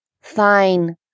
Fine